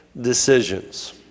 decisions